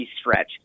stretch